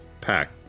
pack